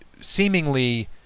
seemingly